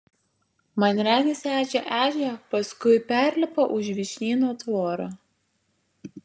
man regis ežia ežia paskui perlipa už vyšnyno tvorą